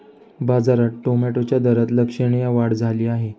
बाजारात टोमॅटोच्या दरात लक्षणीय वाढ झाली आहे